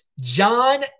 John